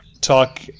talk